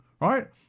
right